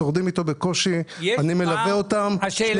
רום שאל